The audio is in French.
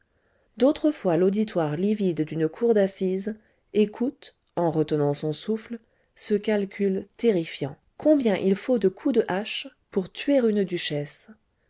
fois l'auditoire livide d'une cour d'assises écoute en retenant son souffle ce calcul terrifiant combien il faut de coups de hache pour tuer une duchesse